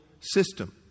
system